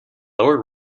lower